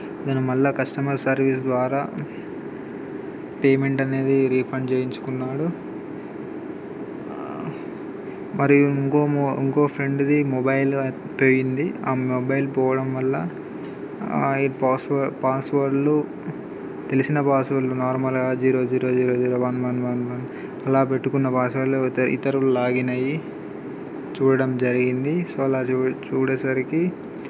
నేను మరల customer service ద్వారా పేమెంట్ అనేది రీఫండ్ చేయించుకున్నాడు మరియు ఇంకో ము ఇంకో ఫ్రెండ్ది మొబైల్ పోయింది ఆ మొబైల్ పోవడం వల్ల పాస్వర్డ్ పాస్వర్డ్లు తెలిసిన పాస్వర్డ్లు నార్మల్గా zero zero zero zero one one one one అలా పెట్టుకున్న పాస్వర్డ్లు అయితే ఇతరులు లాగిన్ అయ్యి చూడడం జరిగింది సో అలా చూ చూసేసరికి